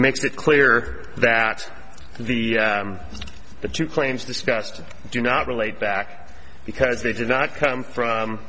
makes it clear that the the two claims discussed do not relate back because they did not come from